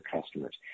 customers